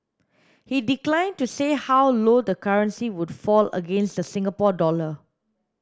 he declined to say how low the currency would fall against the Singapore dollar